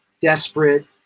desperate